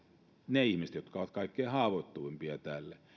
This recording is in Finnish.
ne ihmiset jotka ovat kaikkein haavoittuvimpia tälle